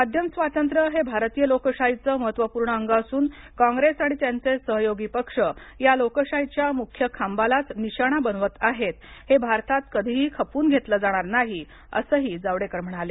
माध्यम स्वातंत्र्य हे भारतीय लोकशाहीचं महत्त्वपूर्ण अंग असून कॉंग्रैस आणि त्यांचे सहयोगी पक्ष या लोकशाहीच्या मुख्य खांबालाच निशाणा बनवीत आहे हे भारतात कधीही खपवून घेतलं जाणार नाही असंही जावडेकर म्हणाले